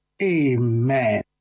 Amen